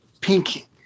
pink